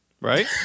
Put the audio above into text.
Right